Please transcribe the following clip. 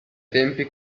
tempi